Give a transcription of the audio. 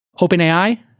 OpenAI